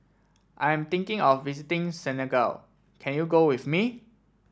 I am thinking of visiting Senegal can you go with me